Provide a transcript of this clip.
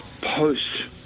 post